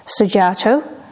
Sujato